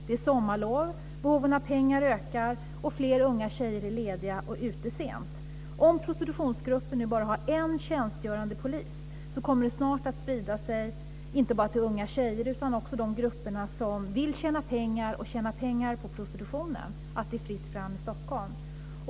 Det är sommarlov, behovet av pengar ökar, och fler unga tjejer är lediga och ute sent. Om prostitutionsgruppen bara har en tjänstgörande polis kommer det snart att sprida sig inte bara till unga tjejer utan till de grupper som tjänar pengar på prostitutionen att det är fritt fram i Stockholm.